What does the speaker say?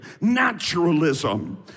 naturalism